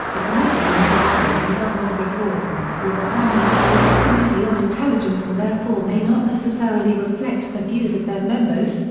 the committee on oversight and government reform, or the permanent select committee on intelligence and therefore may not necessarily reflect the views of their members,